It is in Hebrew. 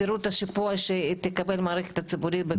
פירוט השיפוי שתקבל המערכת הציבורית.